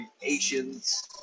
Creations